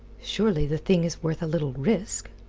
surely the thing is worth a little risk?